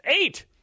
eight